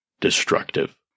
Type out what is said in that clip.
Destructive